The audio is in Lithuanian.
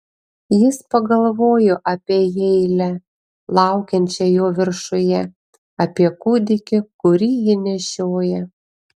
jis pagalvojo apie heilę laukiančią jo viršuje apie kūdikį kurį ji nešioja